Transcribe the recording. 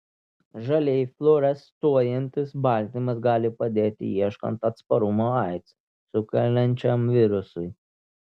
žaliai fluorescuojantis baltymas gali padėti ieškant atsparumo aids sukeliančiam virusui